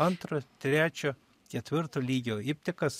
antro trečio ketvirto lygio iptikas